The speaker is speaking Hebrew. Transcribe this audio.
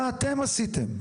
מה אתם עשיתם?